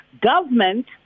Government